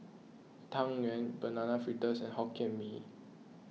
Tang Yuen Banana Fritters and Hokkien Mee